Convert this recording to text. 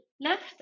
left